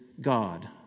God